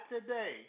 today